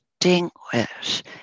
Distinguish